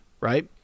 right